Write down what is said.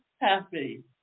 happy